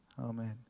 Amen